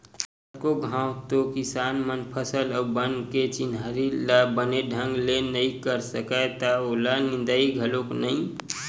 कतको घांव तो किसान मन फसल अउ बन के चिन्हारी ल बने ढंग ले नइ कर सकय त ओला निंदय घलोक नइ